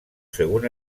según